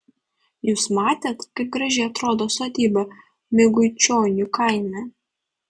jūs matėte kaip gražiai atrodo sodyba miguičionių kaime